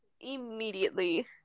immediately